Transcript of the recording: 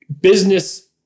business